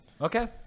Okay